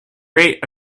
rate